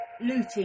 looting